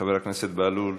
חבר הכנסת בהלול,